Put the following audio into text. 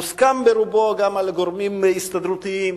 מוסכם ברובו גם על גורמים הסתדרותיים,